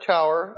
Tower